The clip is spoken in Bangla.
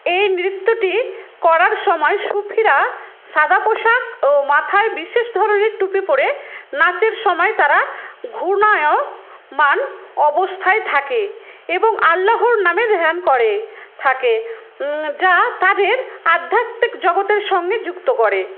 এই নৃত্যটি করার সময় সুফিরা সাদা পোশাক ও মাথায় বিশেষ ধরনের টুপি পড়ে নাচের সময় তারা ঘূর্ণায়মান অবস্থায় থাকে এবং আল্লাহর নামে ধ্যান করে থাকে যা তাদের আধ্যাত্মিক জগতের সঙ্গে যুক্ত করে